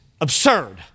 absurd